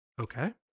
Okay